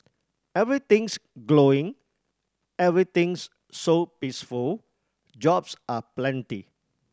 everything's glowing everything's so peaceful jobs are plenty